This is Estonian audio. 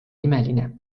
imeline